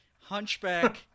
Hunchback